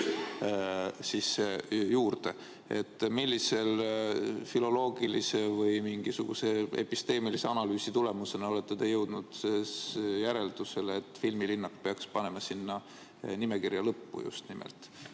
asi juurde. Millise filoloogilise või episteemilise analüüsi tulemusena olete te jõudnud järeldusele, et filmilinnaku peaks panema sinna nimekirja lõppu just nimelt?